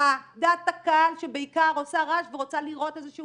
לדעת הקהל שבעיקר עושה רעש ורוצה לראות איזשהו